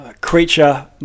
creature